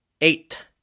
eight